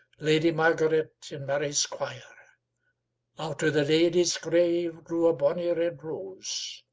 lady margaret in marie's quire out o' the lady's grave grew a bonny red rose,